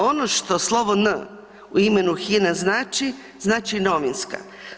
Ono što slovo N u imenu Hina znači znači „novinska“